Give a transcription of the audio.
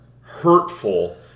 hurtful